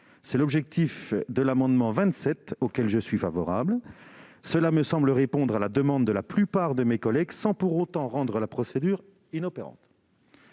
l'objet de l'amendement n° 27, auquel je suis favorable. Cet amendement me semble répondre à la demande de la plupart de mes collègues sans pour autant rendre la procédure inopérante.